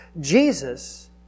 Jesus